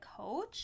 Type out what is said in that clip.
coach